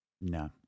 No